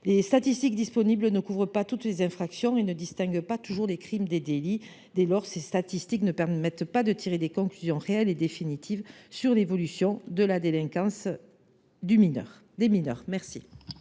Les statistiques disponibles ne couvrent pas toutes les infractions et ne distinguent pas toujours les crimes des délits. Dès lors, elles ne permettent pas de tirer des conclusions définitives quant à l’évolution de la délinquance des mineurs. Pour